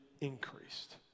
increased